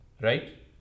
Right